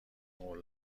قول